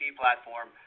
platform